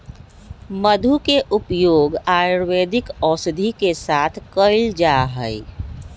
मधु के उपयोग आयुर्वेदिक औषधि के साथ कइल जाहई